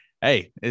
Hey